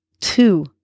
two